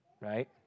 right